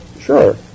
Sure